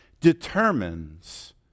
determines